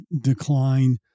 decline